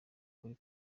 kuri